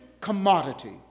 commodity